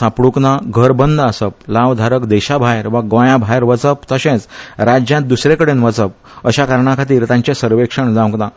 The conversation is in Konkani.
सापड्रक ना घर बंद आसप लावधारक देशाभायर वचप गोंया भायर वचप राज्यांत दुसरे द कडेन वचप अशां कारणांखातीर तांचे सर्वेक्षण जांवक ना